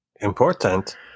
Important